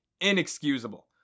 inexcusable